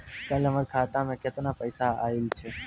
कल हमर खाता मैं केतना पैसा आइल छै?